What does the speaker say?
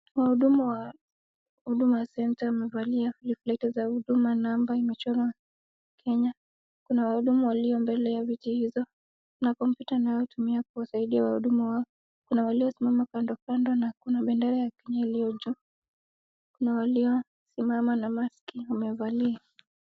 Wahuduma wa Huduma C amevalia reflected za huduma namba imechorwa Kenya. Kuna wahudumu walio mbele ya viti hizo na kompyuta wanayotumia kuwasaidia wahudumu wao. Kuna waliosimama kando kando na hakuna bendera ya Kenya iliyo juu. Kuna walio simama na maski wamevalia.